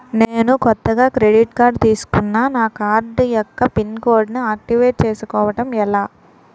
నేను కొత్తగా credit card తిస్కున్నా నా కార్డ్ యెక్క పిన్ కోడ్ ను ఆక్టివేట్ చేసుకోవటం ఎలా?